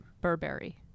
Burberry